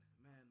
man